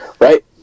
Right